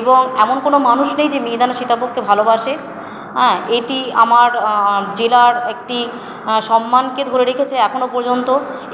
এবং এমন কোনো মানুষ নেই যে মিহিদানা সীতাভোগকে ভালোবাসে হ্যাঁ এটি আমার জেলার একটি সম্মানকে ধরে রেখেছে এখনো পর্যন্ত